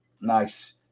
nice